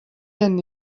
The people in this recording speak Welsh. gen